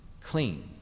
clean